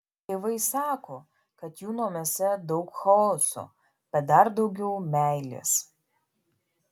tėvai sako kad jų namuose daug chaoso bet dar daugiau meilės